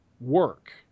work